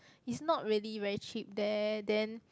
it's not really very cheap there then